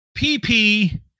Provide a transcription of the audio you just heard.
PP